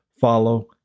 Follow